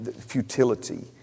futility